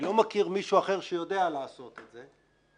אני לא מכיר מישהו אחר שיודע לעשות את זה,